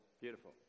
Beautiful